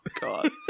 God